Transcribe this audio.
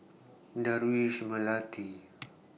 Dardwish Melati